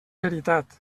veritat